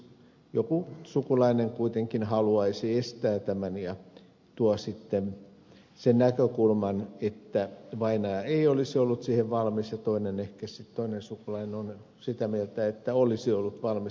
joku sukulainen kuitenkin haluaisi estää tämän ja tuo sitten sen näkökulman että vainaja ei olisi ollut siihen valmis ja toinen sukulainen on ehkä sitä mieltä että olisi ollut valmis